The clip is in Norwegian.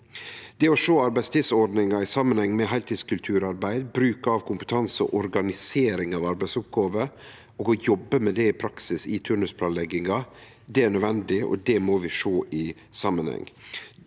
Det å sjå arbeidstidsordningar i samanheng med heiltidskulturarbeid, bruk av kompetanse og organisering av arbeidsoppgåver og å jobbe med det i praksis i turnusplanlegginga, er nødvendig, og det må vi sjå i samanheng.